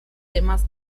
temas